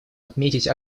отметить